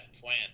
plant